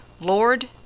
Lord